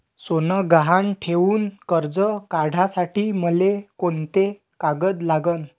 सोनं गहान ठेऊन कर्ज काढासाठी मले कोंते कागद लागन?